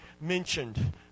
mentioned